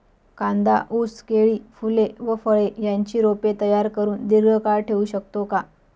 कांदा, ऊस, केळी, फूले व फळे यांची रोपे तयार करुन दिर्घकाळ ठेवू शकतो का?